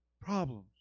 problems